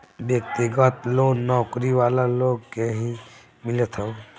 व्यक्तिगत लोन नौकरी वाला लोग के ही मिलत हवे